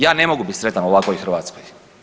Ja ne mogu bit sretan u ovakvoj Hrvatskoj.